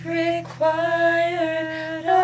required